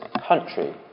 country